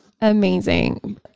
Amazing